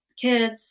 kids